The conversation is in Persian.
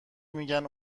میگن